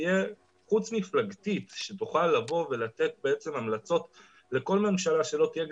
שתהיה חוץ מפלגתית שתוכל לתת המלצות לכל ממשלה שלא תהיה,